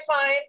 fine